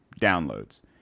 downloads